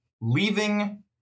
leaving